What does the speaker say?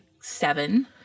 seven